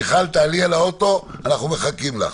מיכל, תעלי על האוטו, אנחנו מחכים לך.